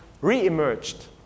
re-emerged